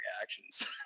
reactions